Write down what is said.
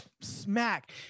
smack